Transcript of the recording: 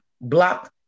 Block